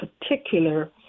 particular